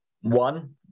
one